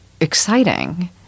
exciting